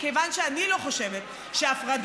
כיוון שאני לא חושבת שהפרדה,